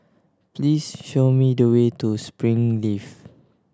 please show me the way to Springleaf